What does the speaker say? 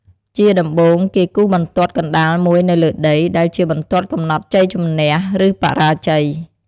ជាដំបូង គេគូសបន្ទាត់កណ្ដាលមួយនៅលើដី ដែលជាបន្ទាត់កំណត់ជ័យជម្នះ ឬបរាជ័យ។